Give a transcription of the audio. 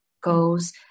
goals